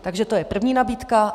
Takže to je první nabídka.